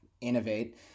innovate